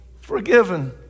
Forgiven